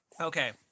Okay